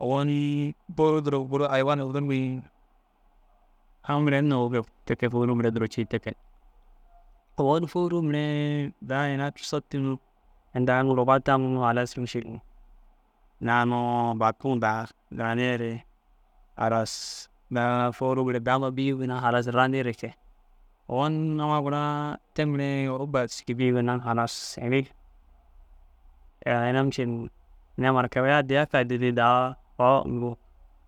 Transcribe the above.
Ogoni fôruu duro goru ni haywan ni guru ni aŋ mire na ugi, te ke fôruu mire duro te ke. Ogon fôruu mire daa ina cussa inda aŋ luga taŋoo. Halas mišil ina unnu batoo daa daa niyere halas daa fôruu mire dama bîyuu ginna halas randire ke. Ogon amma gura te mire oruba ru gisidi bîyu halas ini ai ina mišil ina markab addiya kaga dîdi daa awa uũgug